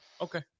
Okay